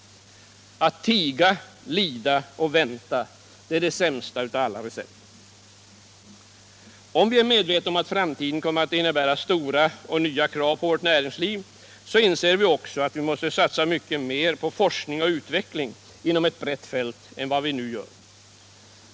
Att tiga, lida och vänta är det sämsta av alla recept. Om vi är medvetna om att framtiden kommer att innebära stora och nya krav på vårt näringsliv, så inser vi också att vi måste satsa mycket mer på forskning och utveckling inom ett brett fält än vad vi nu gör.